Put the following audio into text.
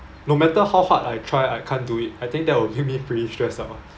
no matter how hard I try I can't do it I think that would give me pretty stressed out